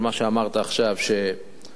על מה שאמרת עכשיו שעושים,